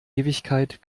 ewigkeit